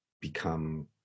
become